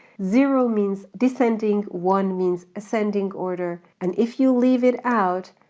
zero means descending, one means ascending order and if you leave it out,